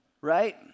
Right